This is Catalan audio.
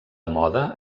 moda